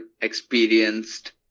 experienced